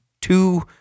two